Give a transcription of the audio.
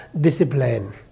discipline